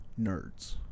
nerds